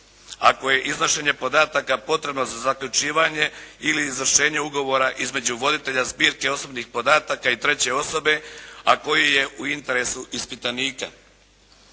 Ako je iznošenje podataka potrebno za zaključivanje ili izvršenje ugovora između voditelja zbirke osobnih podataka i treće osobe, a koji je u interesu ispitanika.